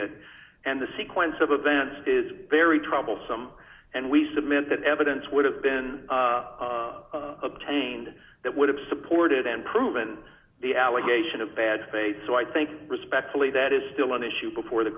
it and the sequence of events is very troublesome and we submit that evidence would have been obtained that would have supported and proven the allegation of bad faith so i think respectfully that is still an issue before the